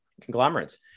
conglomerates